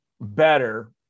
better